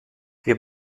wir